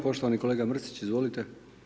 Poštovani kolega Mrsić, izvolite.